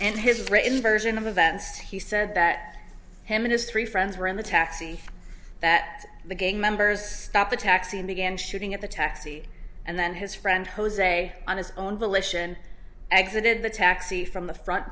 and his written version of events he said that him and his three friends were in the taxi that the gang members stopped the taxi and began shooting at the taxi and then his friend jose on his own volition exited the taxi from the front